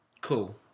Cool